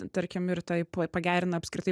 tarkim ir taip pagerina apskritai